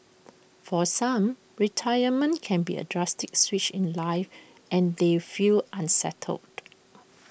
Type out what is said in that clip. for some retirement can be A drastic switch in life and they feel unsettled